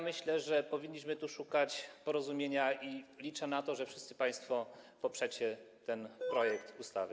Myślę, że powinniśmy tu szukać porozumienia i liczę na to, że wszyscy państwo poprzecie ten projekt ustawy.